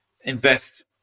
invest